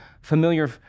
familiar